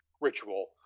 ritual